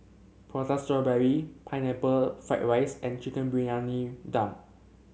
Prata Strawberry Pineapple Fried Rice and Chicken Briyani Dum